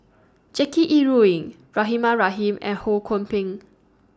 Jackie Yi Ru Ying Rahimah Rahim and Ho Kwon Ping